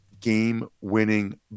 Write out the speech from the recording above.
game-winning